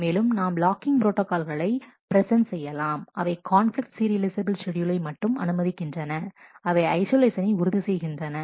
மேலும் நாம் லாக்கிங் ப்ரோட்டாகால்களை பிரசெண்ட் செய்யலாம் அவை கான்பிலிக்ட் சீரியலைஃசபில் ஷெட்யூலை மட்டும் அனுமதிக்கின்றன அவை ஐஷோலேஷனை உறுதி செய்கின்றன